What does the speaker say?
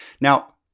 Now